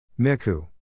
Miku